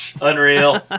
Unreal